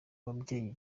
ababyeyi